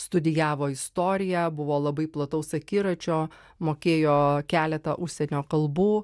studijavo istoriją buvo labai plataus akiračio mokėjo keletą užsienio kalbų